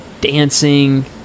dancing